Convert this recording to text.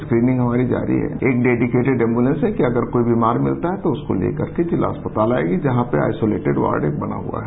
screening हमारी जारी है एक वेडिकेटेड एम्बुलेन्स है कि अगर कोई बीमार मिलता है तो उसे लेकर जिला अस्पताल आएगी जहां आईसोलेटेड वार्ड एक बना हुआ है